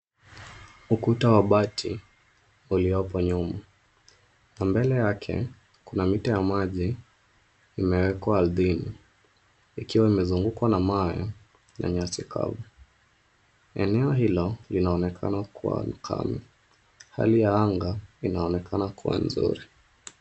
Ukuta wa bati uliopo nyuma na mbele yake kuna mita ya maji imewekwa ardhini ikiwa imezungukwa na mawe na nyasi kavu. Eneo hilo linaonekana kwa la ukame. Hali ya anga inaonekana kuwa nzuri.